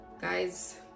guys